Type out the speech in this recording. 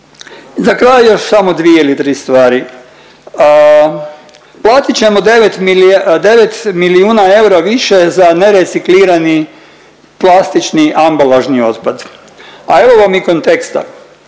Za kraj još samo dvije ili tri stvari. Platit ćemo devet milijuna eura više za nereciklirani plastični ambalažni otpad. A evo vam i konteksta,